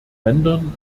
ländern